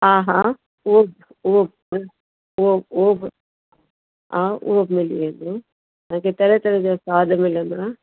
हा हा उहो बि उहो बि उहो उहो बि हा उहो बि मिली वेंदो तव्हांखे तरह तरह जा सवादु मिलंदव